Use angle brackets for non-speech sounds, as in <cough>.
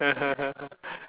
<laughs> <breath>